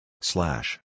Slash